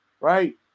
right